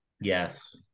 Yes